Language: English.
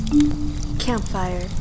Campfire